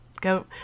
go